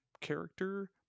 character